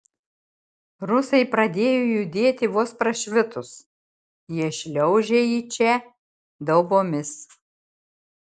rusai pradėjo judėti vos prašvitus jie šliaužia į čia daubomis